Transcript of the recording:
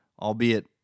albeit